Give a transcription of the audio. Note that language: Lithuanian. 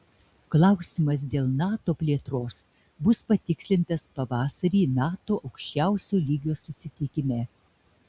klausimas dėl nato plėtros bus patikslintas pavasarį nato aukščiausio lygios susitikime